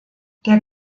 der